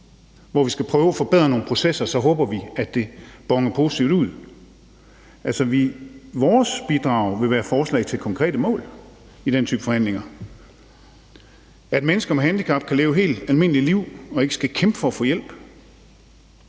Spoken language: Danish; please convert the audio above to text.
hvor vi skal prøve at forbedre nogle processer, og så håber vi, at det boner positivt ud. Vores bidrag vil altså være forslag til konkrete mål, i den type forhandlinger, om at mennesker med handicap kan leve helt almindelige liv og ikke skal kæmpe for at få hjælp,